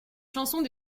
chansons